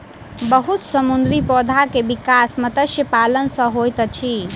बहुत समुद्री पौधा के विकास मत्स्य पालन सॅ होइत अछि